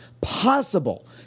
possible